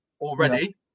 already